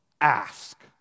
ask